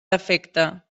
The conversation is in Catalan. defecte